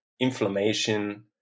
inflammation